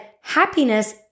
happiness